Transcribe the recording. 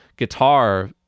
guitar